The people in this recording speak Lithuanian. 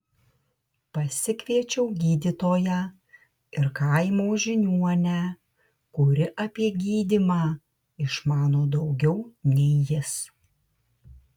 pasikviečiau gydytoją ir kaimo žiniuonę kuri apie gydymą išmano daugiau nei jis